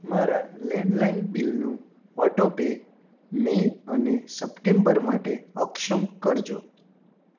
મારા લેન્ડલાઈન બિલનું auto pay May અને સપ્ટેમ્બર માટે અક્ષમ કરજો